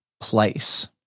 place